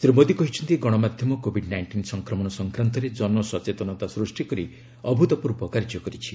ଶ୍ରୀ ମୋଦୀ କହିଛନ୍ତି ଗଣମାଧ୍ୟମ covid nineteen ସଂକ୍ରମଣ ସଂକ୍ରାନ୍ତରେ ଜନସଚେତନତା ସୃଷ୍ଟି କରି ଅଭୂତପୂର୍ବ କାର୍ଯ୍ୟ କରିଛି